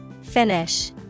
Finish